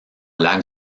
lac